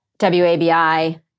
WABI